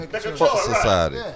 society